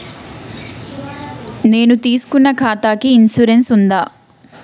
నేను తీసుకున్న ఖాతాకి ఇన్సూరెన్స్ ఉందా?